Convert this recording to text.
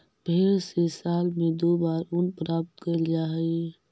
भेंड से साल में दो बार ऊन प्राप्त कैल जा हइ